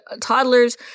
toddlers